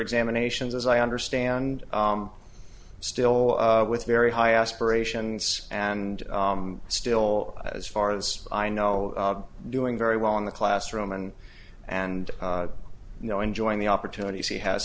examinations as i understand still with very high aspirations and still as far as i know doing very well in the classroom and and you know enjoying the opportunities he has